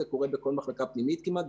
זה קורה בכל מחלקה פנימית כמעט,